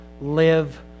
live